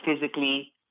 physically